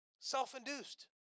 self-induced